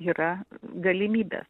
yra galimybė